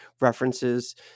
references